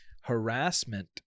Harassment